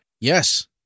Yes